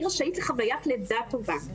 אני רשאית לחוויית לידה טובה.